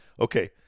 Okay